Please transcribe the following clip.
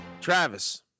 travis